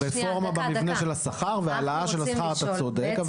רפורמה במבנה של השכר והעלאה של השכר, אתה צודק.